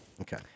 Okay